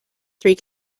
three